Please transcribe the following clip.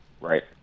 Right